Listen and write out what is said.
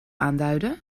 aanduiden